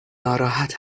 ناراحت